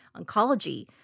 oncology